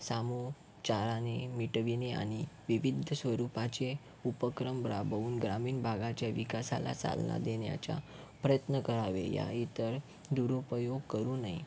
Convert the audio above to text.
सामुचाराने मिटविणे आणि विविध स्वरूपाचे उपक्रम राबवून ग्रामीण भागाच्या विकासाला चालना देण्याच्या प्रयत्न करावे या इतर दुरुपयोग करू नये